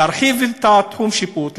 להרחיב את תחומי השיפוט,